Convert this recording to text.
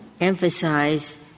emphasize